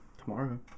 Tomorrow